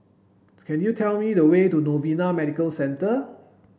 can you tell me the way to Novena Medical Centre